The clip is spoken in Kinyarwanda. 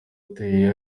uteye